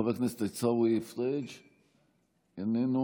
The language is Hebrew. חבר הכנסת עיסאווי פריג' איננו,